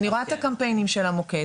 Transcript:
אני רואה את הקמפיינים של המוקד.